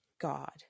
god